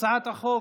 הצעת החוק